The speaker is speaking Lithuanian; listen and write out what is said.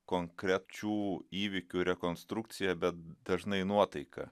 konkrečių įvykių rekonstrukcija bet dažnai nuotaika